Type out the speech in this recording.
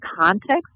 context